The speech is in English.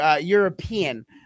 european